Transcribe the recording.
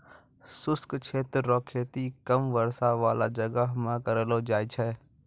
शुष्क क्षेत्र रो खेती कम वर्षा बाला जगह मे करलो जाय छै